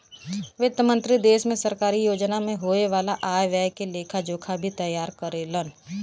वित्त मंत्री देश में सरकारी योजना में होये वाला आय व्यय के लेखा जोखा भी तैयार करेलन